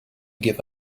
give